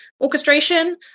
orchestration